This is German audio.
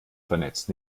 vernetzt